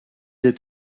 est